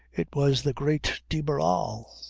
it was the great de barral.